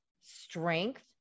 strength